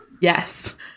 Yes